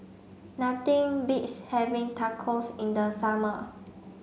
nothing beats having Tacos in the summer